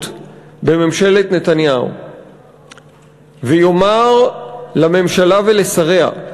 בממשלת נתניהו ויאמר לממשלה ולשריה: